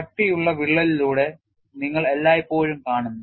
കട്ടിയുള്ള വിള്ളലിലൂടെ നിങ്ങൾ എല്ലായ്പ്പോഴും കാണുന്നു